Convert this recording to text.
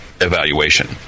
evaluation